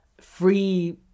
free